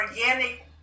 organic